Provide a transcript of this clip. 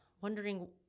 wondering